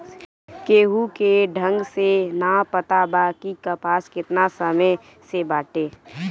केहू के ढंग से ना पता बा कि कपास केतना समय से बाटे